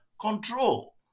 control